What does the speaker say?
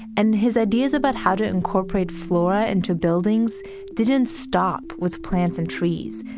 and his ideas about how to incorporate flora into buildings didn't stop with plants and trees.